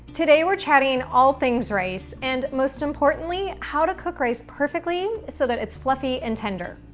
today we're chatting all things rice and, most importantly, how to cook rice perfectly so that it's fluffy and tender.